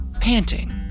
panting